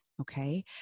okay